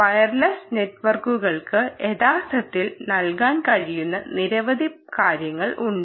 wireless നെറ്റ്വർക്കുകൾക്ക് യഥാർത്ഥത്തിൽ നൽകാൻ കഴിയുന്ന നിരവധി കാര്യങ്ങൾ ഉണ്ട്